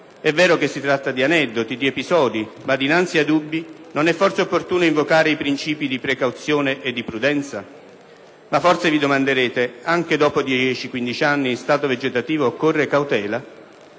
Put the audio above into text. È vero che si tratta di aneddoti, di episodi, ma dinanzi ai dubbi non è forse opportuno invocare i principi di precauzione e di prudenza? Ma forse vi domanderete: anche dopo 10-15 anni in stato vegetativo occorre cautela?